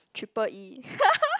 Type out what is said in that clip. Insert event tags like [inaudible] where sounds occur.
triple E [laughs]